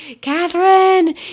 Catherine